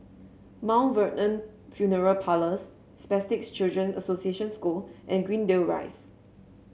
Mt Vernon Funeral Parlours Spastic Children Association School and Greendale Rise